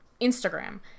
Instagram